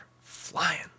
flying